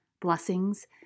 Blessings